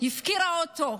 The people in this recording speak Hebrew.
הפקירה אותו.